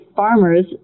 farmers